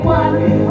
one